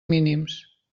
mínims